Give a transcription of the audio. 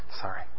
Sorry